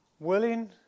Willing